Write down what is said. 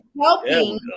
helping